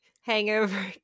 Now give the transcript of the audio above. hangover